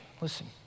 listen